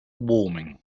warming